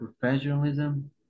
professionalism